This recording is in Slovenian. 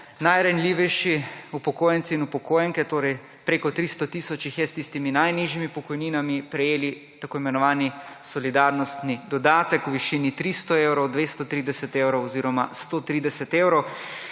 najranljivejši upokojenci in upokojenke, torej preko 300 tisoč jih je s tistimi najnižjimi pokojninami, prejeli tako imenovani solidarnostni dodatek v višini 300 evrov, 230 evrov oziroma 130 evrov,